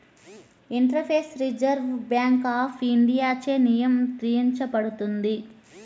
interface reserve bank of ఇండియాచే నియంత్రించబడుతుంది